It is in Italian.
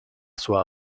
sua